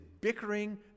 bickering